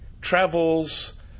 travels